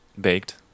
baked